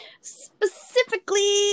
Specifically